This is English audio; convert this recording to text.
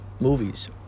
movies